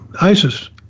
ISIS